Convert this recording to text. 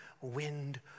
wind